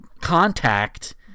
contact